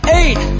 eight